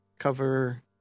Cover